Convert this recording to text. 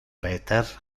peter